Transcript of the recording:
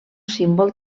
símbol